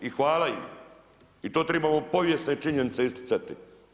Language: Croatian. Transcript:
I hvala im i to tribamo povijesne činjenice isticati.